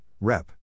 Rep